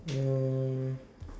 um